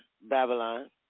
babylon